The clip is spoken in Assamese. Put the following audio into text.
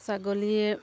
ছাগলীয়ে